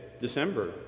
December